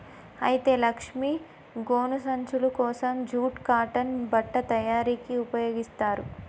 అయితే లక్ష్మీ గోను సంచులు కోసం జూట్ కాటన్ బట్ట తయారీకి ఉపయోగిస్తారు